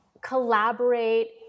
collaborate